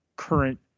current